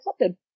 accepted